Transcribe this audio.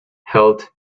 health